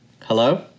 Hello